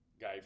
guy